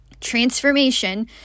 Transformation